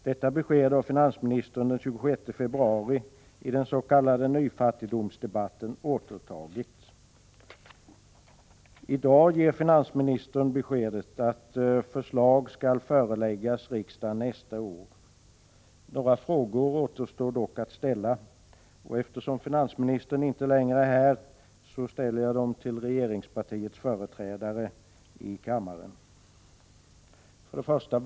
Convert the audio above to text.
Detta besked har finansministern den 26 februari, i den s.k. nyfattigdomsdebatten, återtagit. I dag ger finansministern beskedet att förslag skall föreläggas riksdagen nästa år. Några frågor återstår dock att ställa, och eftersom finansministern inte längre är här ställer jag dem till regeringspartiets företrädare i kammaren.